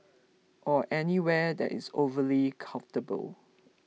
or anywhere that is overly comfortable